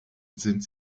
sind